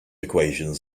equations